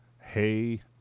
Hey